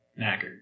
knackered